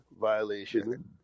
violation